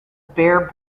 bear